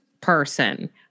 person